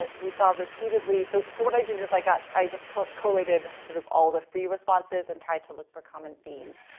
ah we saw repeatedly, so so what i did is i got, i just co collated, sort of all the free responses and tried to look for common themes.